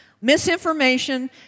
Misinformation